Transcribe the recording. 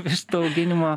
vištų auginimo